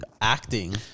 acting